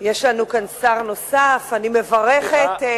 יש לנו כאן שר נוסף, אני מברכת את